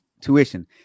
tuition